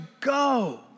go